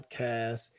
podcast